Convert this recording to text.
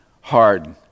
hard